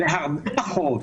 והרבה פחות